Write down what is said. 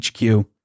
HQ